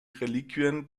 reliquien